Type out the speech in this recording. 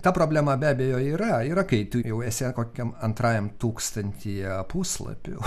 ta problema be abejo yra yra kai tu jau esi kokiam antrajam tūkstantyje puslapių